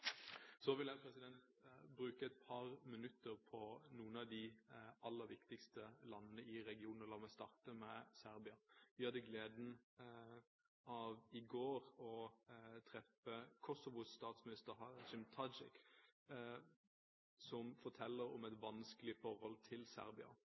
Så vil jeg bruke et par minutter på noen av de aller viktigste landene i regionen, og la meg starte med Serbia. Vi hadde i går gleden av å treffe Kosovos statsminister, Hashim Thaci, som forteller om et